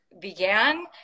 began